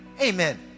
Amen